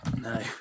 No